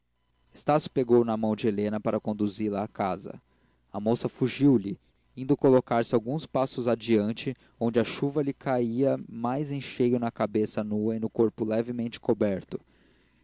estácio pegou na mão de helena para conduzi la a casa a moça fugiu lhe indo colocar-se alguns passos adiante onde a chuva lhe caía mais em cheio na cabeça nua e no corpo levemente coberto